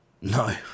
no